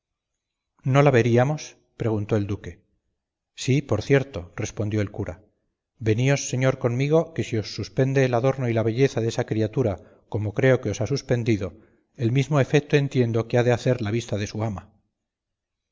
no la veríamos preguntó el duque sí por cierto respondió el cura veníos señor conmigo que si os suspende el adorno y la belleza desa criatura como creo que os ha suspendido el mismo efeto entiendo que ha de hacer la vista de su ama